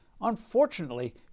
Unfortunately